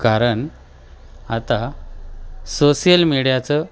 कारण आता सोशिल मीडियाचं